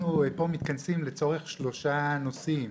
אנחנו כאן מתכנסים לצורך שלושה נושאים: